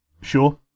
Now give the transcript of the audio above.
Sure